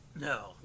No